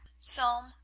Psalm